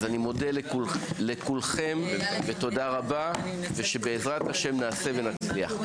אז ני מודה לכולכם ותודה רבה ושבעזרת השם נעשה ונצליח,